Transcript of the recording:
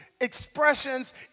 expressions